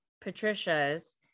Patricia's